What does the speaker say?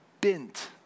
bent